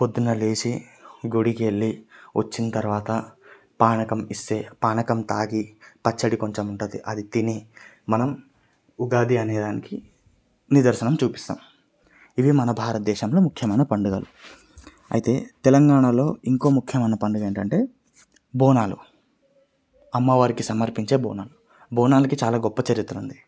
పొద్దున లేచి గుడికి వెళ్ళి వచ్చిన తర్వాత పానకం ఇస్తే పానకం తాగి పచ్చడి కొంచెం ఉంటుంది అది తిని మనం ఉగాది అనేదానికి నిదర్శనం చూపిస్తాము ఇదే మన భారత దేశంలో ముఖ్యమైన పండుగలు అయితే తెలంగాణలో ఇంకో ముఖ్యమైన పండుగ ఏంటంటే బోనాలు అమ్మవారికి సమర్పించే బోనాలు బోనాలకి చాలా గొప్ప చరిత్ర ఉంది